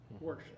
worship